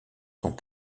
sont